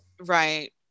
right